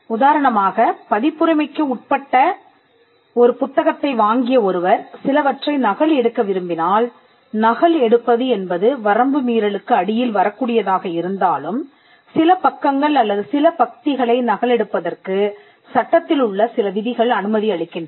உதாரணமாக பதிப்புரிமைக்கு உட்பட்ட ஒரு புத்தகத்தை வாங்கிய ஒருவர் சிலவற்றை நகல் எடுக்க விரும்பினால் நகல் எடுப்பது என்பது வரம்பு மீறலுக்கு அடியில் வரக்கூடியதாக இருந்தாலும் சில பக்கங்கள் அல்லது சில பத்திகளை நகலெடுப்பதற்கு சட்டத்திலுள்ள சில விதிகள் அனுமதி அளிக்கின்றன